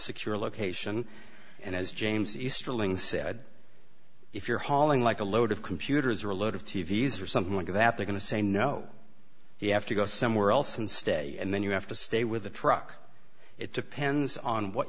secure location and as james easterling said if you're hauling like a load of computers or a load of tv's or something like that they're going to say no you have to go somewhere else and stay and then you have to stay with the truck it depends on what